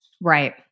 Right